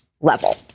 level